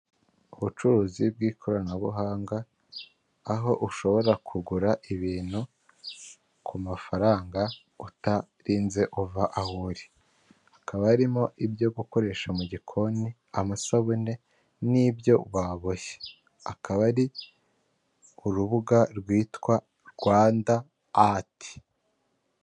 Ubucuruzi bw'ikoranabuhanga aho ushobora kugura ibintu ku mafaranga utarinze uva aho uri, hakaba harimo ibyo gukoresha mu gikoni amasabune n'ibyo baboshye, akaba ari urubuga rwitwa Rwanda ati.